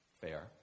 fair